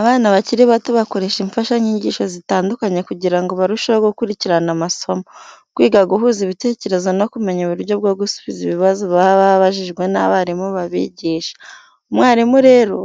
Abana bakiri bato bakoresha imfashanyigisho zitandukanye kugira ngo barusheho gukurikirana amasomo, kwiga guhuza ibitekerezo no kumenya uburyo bwo gusubiza ibibazo baba babajijwe n'abarimu babigisha. Umwarimu rero,